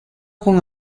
con